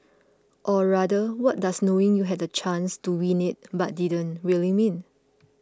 or rather what does knowing you had the chance to win it but didn't really mean